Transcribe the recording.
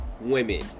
women